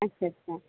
अच्छ अच्छा